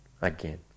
again